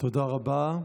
תודה רבה.